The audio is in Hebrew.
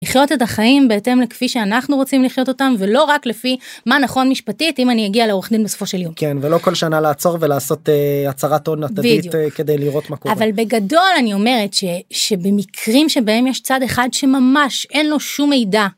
לחיות את החיים בהתאם לכפי שאנחנו רוצים לחיות אותם, ולא רק לפי מה נכון משפטית, אם אני אגיע לעורך דין בסופו של יום. כן, ולא כל שנה לעצור ולעשות הצהרת-הון עתידית, כדי לראות מה קורה. אבל בגדול אני אומרת שבמקרים שבהם יש צד אחד שממש אין לו שום מידע.